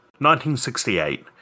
1968